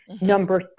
Number